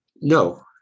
No